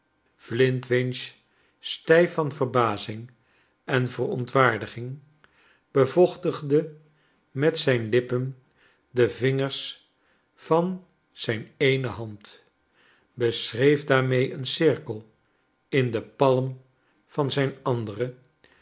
flintwinch stijf van verbazing en verontwaardiging bevochtigde met zijn lippen de vingers van zijn eene hand beschreef daarmee een cirkel in de palm van zijn andere